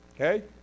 Okay